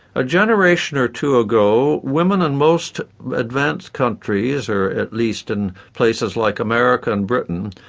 a generation or two ago women in most advanced countries, or at least in places like america and britain,